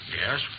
Yes